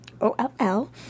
O-L-L